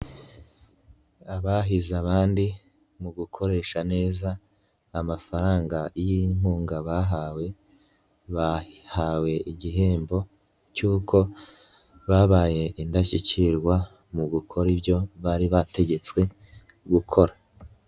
Abahize abandi mu gukoresha neza amafaranga y'inkunga bahawe, bahawe igihembo cy'uko babaye indashyikirwa, mu gukora ibyo bari bategetswe gukora.